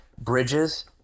Bridges